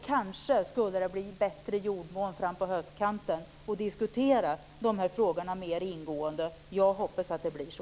Kanske skulle det bli bättre jordmån frampå höstkanten för att diskutera de här frågorna mer ingående. Jag hoppas att det blir så.